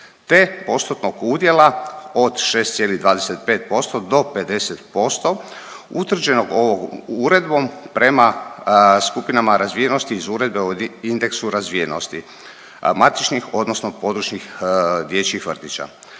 te postotnog udjela od 6,25% do 50% utvrđenog ovom uredbom prema skupinama razvijenosti iz Uredbe o indeksu razvijenosti matičnih, odnosno područnih dječjih vrtića.